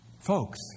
Folks